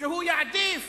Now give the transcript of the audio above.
שהוא יעדיף